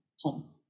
home